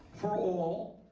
for all?